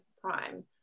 prime